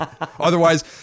otherwise